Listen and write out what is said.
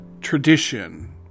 tradition